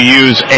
use